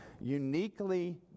uniquely